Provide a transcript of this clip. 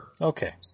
Okay